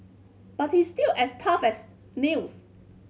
but he's still as tough as nails